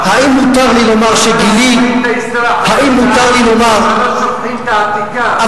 אנחנו חיים את ההיסטוריה החדשה אבל לא שוכחים את העתיקה.